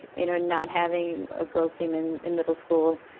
you know, not having ah girls seem in in middle school.